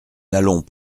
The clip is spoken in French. n’allons